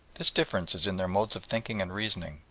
this difference is in their modes of thinking and reasoning,